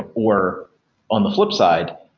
ah or on the flipside,